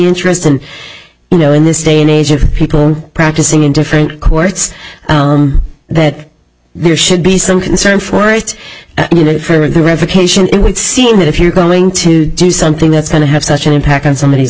interest and you know in this day and age of people practicing in different courts that there should be some concern for rights for the revocation it would seem that if you're going to do something that's going to have such an impact on somebody